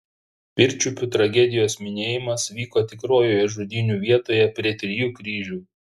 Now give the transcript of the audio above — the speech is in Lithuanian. pirčiupių tragedijos minėjimas vyko tikrojoje žudynių vietoje prie trijų kryžių